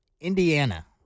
Indiana